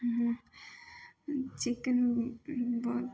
chicken बहुत